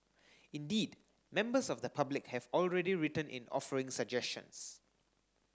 indeed members of the public have already written in offering suggestions